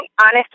honest